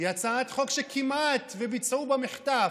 היא הצעת חוק שכמעט שביצעו בה מחטף.